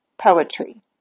poetry